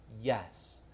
Yes